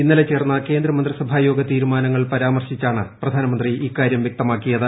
ഇന്നലെ ചേർന്ന കേന്ദ്ര മന്ത്രിസഭാ യോഗ തീരുമാനങ്ങൾ പരാമർശിച്ചാണ് പ്രധാനമന്ത്രി ഇക്കാര്യം വൃക്തമാക്കിയത്